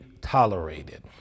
tolerated